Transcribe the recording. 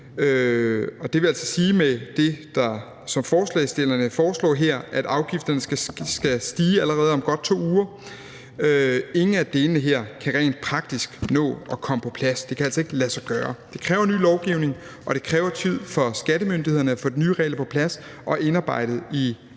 at afgifterne med det, som forslagsstillerne her foreslår, skal stige allerede om godt 2 uger. Ingen af delene her kan rent praktisk nå at komme på plads. Det kan altså ikke lade sig gøre. Det kræver ny lovgivning, og det kræver tid for skattemyndighederne at få de nye regler på plads og indarbejdet i